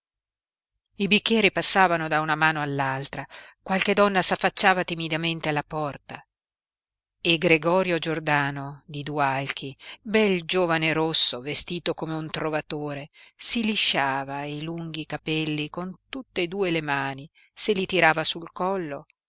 i bicchieri passavano da una mano all'altra qualche donna s'affacciava timidamente alla porta e gregorio giordano di dualchi bel giovane rosso vestito come un trovatore si lisciava i lunghi capelli con tutte e due le mani se li tirava sul collo